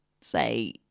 say